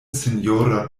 sinjora